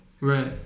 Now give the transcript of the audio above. Right